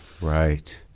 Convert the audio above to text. right